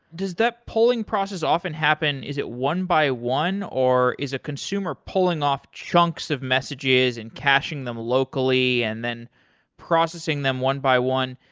does that pulling process often happen is it one by one or is a consumer pulling off chunks of messages and caching them locally and then processing them one by one?